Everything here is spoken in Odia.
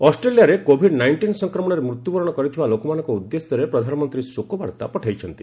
ଅଷ୍ଟ୍ରେଲିଆରେ କୋଭିଡ୍ ନାଇଷ୍ଟିନ୍ ସଂକ୍ରମଣରେ ମୃତ୍ୟୁବରଣ କରିଥିବା ଲୋକମାନଙ୍କ ଉଦ୍ଦେଶ୍ୟରେ ପ୍ରଧାନମନ୍ତ୍ରୀ ଶୋକବାର୍ତ୍ତା ପଠାଇଛନ୍ତି